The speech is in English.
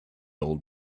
old